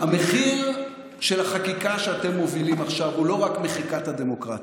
המחיר של החקיקה שאתם מובילים עכשיו הוא לא רק מחיקת הדמוקרטיה,